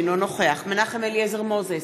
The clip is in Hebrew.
אינו נוכח מנחם אליעזר מוזס,